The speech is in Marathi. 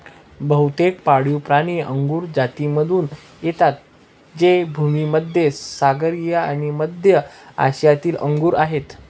बहुतेक पाळीवप्राणी अंगुर जातीमधून येतात जे भूमध्य सागरीय आणि मध्य आशियातील अंगूर आहेत